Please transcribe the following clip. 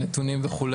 נתונים וכו',